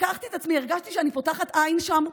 לקחתי את עצמי, הרגשתי שאני פותחת עין שם,